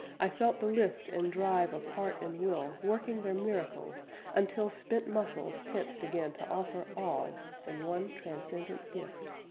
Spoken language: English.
i felt the lift and drive of heart and will working their miracles until spent muscles tensed again to offer all in one transcendent gift.